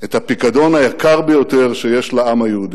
את הפיקדון היקר ביותר שיש לעם היהודי,